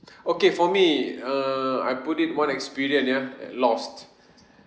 okay for me err I put it one experience ya lost